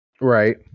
right